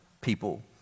people